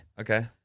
Okay